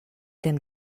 dem